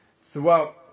Throughout